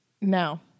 now